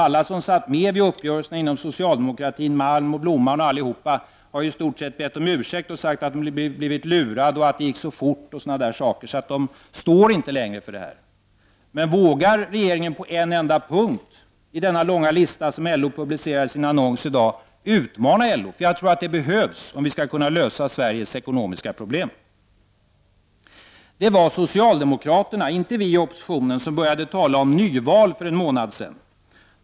Alla som var med vid uppgörelsen inom socialdemokratin — Malm, ”Blomman” och andra — har i stort sett bett om ursäkt och sagt att de har blivit lurade, att det gick så fort och liknande. De står inte längre för förslaget. Vågar regeringen på en enda punkt i den långa listan som LO publicerar i sin annons i dag utmana LO? Jag tror att det behövs om vi skall kunna lösa Sveriges ekonomiska problem. Det var socialdemokraterna, inte vi i oppositionen, som började tala om nyval för en månad sedan.